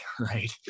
right